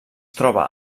troba